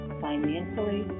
financially